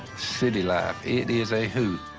city life, it is a hoot,